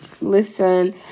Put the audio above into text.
Listen